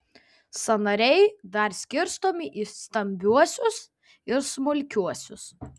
sąnariai dar skirstomi į stambiuosius ir smulkiuosius